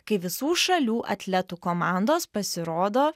kai visų šalių atletų komandos pasirodo